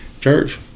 church